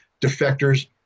defectors